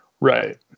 Right